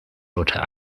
longer